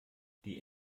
die